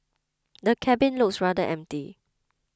the cabin looks rather empty